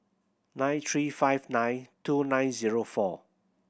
nine three five nine two nine zero four